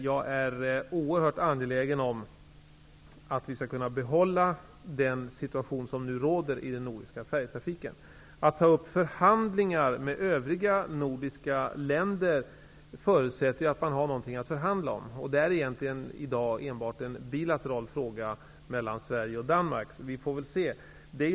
Jag är oerhört angelägen om att vi skall kunna behålla den situation som nu råder i den nordiska färjetrafiken. Att ta upp förhandlingar med övriga nordiska länder förutsätter att man har någonting att förhandla om. Detta är i dag egentligen enbart en bilateral fråga mellan Sverige och Danmark. Vi får se vad som händer.